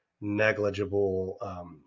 negligible